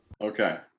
Okay